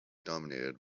dominated